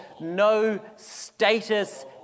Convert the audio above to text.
no-status